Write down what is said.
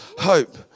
Hope